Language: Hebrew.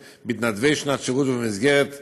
מתנדבי שנת שירות ובמסגרת הצבא,